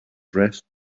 dressed